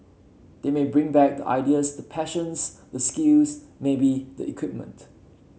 they may bring back the ideas the passions the skills maybe the equipment